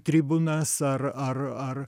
tribūnas ar ar ar